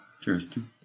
Interesting